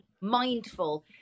mindful